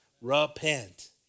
repent